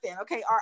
okay